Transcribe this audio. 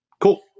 Cool